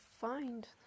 find